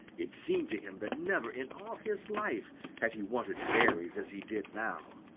it seemed to him that never in all his life had he wanted berries as he did now.